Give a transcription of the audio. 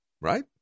right